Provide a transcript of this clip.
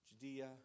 Judea